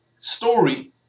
story